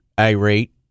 irate